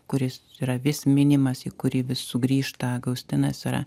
kuris yra vis minimas į kurį vis sugrįžta gaustinas yra